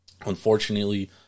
Unfortunately